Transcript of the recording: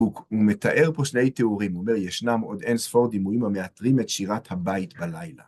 הוא מתאר פה שני תיאורים, אומר, ישנם עוד אין ספור דימויים המאתרים את שירת הבית בלילה.